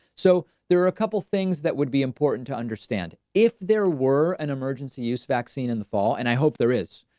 so there are a couple of things that would be important to understand if there were an emergency use vaccine in the fall. and i hope there is.